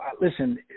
listen